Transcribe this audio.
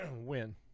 win